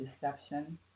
deception